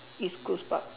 East Coast Park